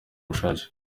bushake